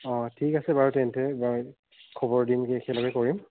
অঁ ঠিক আছে বাৰু তেন্তে এইবাৰ খবৰ দিমগৈ একেলগে কৰিম